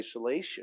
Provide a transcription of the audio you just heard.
isolation